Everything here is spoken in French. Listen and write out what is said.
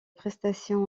prestation